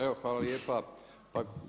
Evo hvala lijepa.